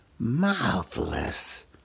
Mouthless